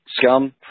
Scum